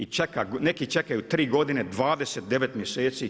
I neki čekaju tri godine, 29 mjeseci.